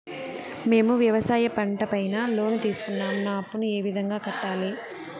మేము వ్యవసాయ పంట పైన లోను తీసుకున్నాం నా అప్పును ఏ విధంగా కట్టాలి